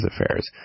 affairs